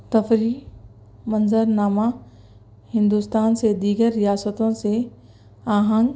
تفریح منظر نامہ ہندوستان سے دیگر ریاستوں سے آہنگ